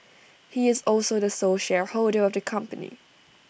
he is also the sole shareholder of the company